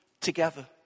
together